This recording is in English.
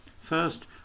First